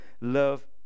Love